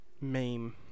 Meme